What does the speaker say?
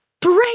Break